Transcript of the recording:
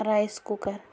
rice cooker